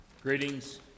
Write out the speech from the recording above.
Greetings